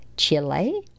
Chile